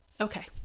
Okay